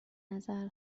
نظر